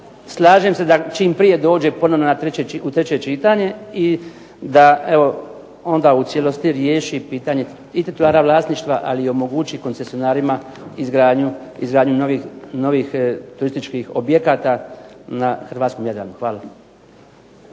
Slažem se da čim prije dođe ponovno u treće čitanje i da evo onda u cijelosti riješi i pitanje i titulara vlasništva, ali i omogući koncesionarima izgradnju novih turističkih objekata na hrvatskom Jadranu. Hvala.